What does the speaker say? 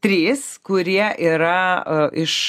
trys kurie yra a iš